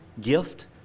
gift